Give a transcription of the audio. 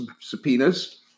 subpoenas